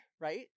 Right